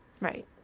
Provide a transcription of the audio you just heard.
right